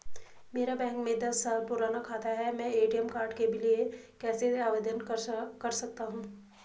मेरा बैंक में दस साल पुराना खाता है मैं ए.टी.एम कार्ड के लिए कैसे आवेदन कर सकता हूँ?